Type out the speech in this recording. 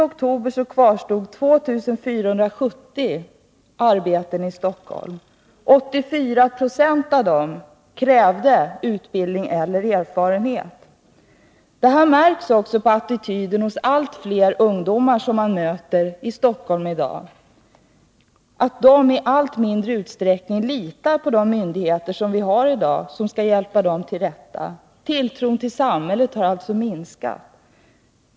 Det här märks också på attityden hos allt fler ungdomar som man möter i Stockholm i dag. De litar i allt mindre utsträckning på de myndigheter som skall hjälpa dem till rätta. Tilltron till samhället har alltså minskat.